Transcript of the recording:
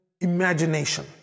imagination